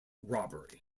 robbery